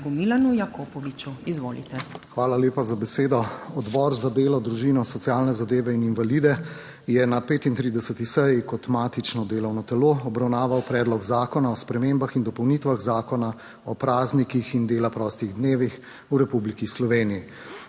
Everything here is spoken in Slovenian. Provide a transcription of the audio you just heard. Hvala lepa za besedo. Odbor za delo, družino, socialne zadeve in invalide je na 35. seji kot matično delovno telo obravnaval Predlog zakona o spremembah in dopolnitvah Zakona o praznikih in dela prostih dnevih v Republiki Sloveniji.